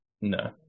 No